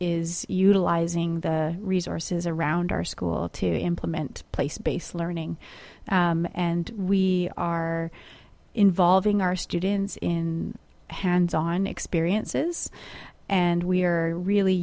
is utilizing the resources around our school to implement place based learning and we are involving our students in hands on experiences and we are really